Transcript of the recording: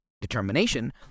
determination